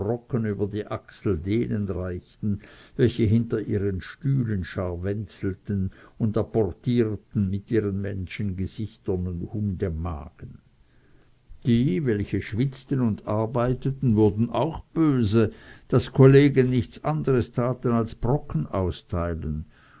über die achsel denen reichten welche hinter ihren stühlen scharwenzelten und apportierten mit ihren menschengesichtern und hundemagen die welche schwitzten und arbeiteten wurden auch böse daß kollegen nichts anders taten als brocken austeilen